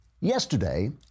yesterday